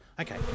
Okay